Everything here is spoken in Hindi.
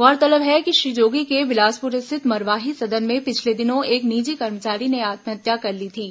गौरतलब है कि श्री जोगी के बिलासपुर स्थित मरवाही सदन में पिछले दिनों एक निजी कर्मचारी ने आत्महत्या कर ली थी